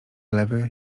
lewy